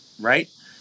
Right